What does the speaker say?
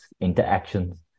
interactions